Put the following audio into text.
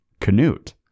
Canute